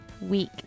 week